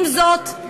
עם זאת,